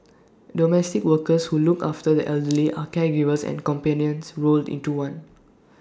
domestic workers who look after the elderly are caregivers and companions rolled into one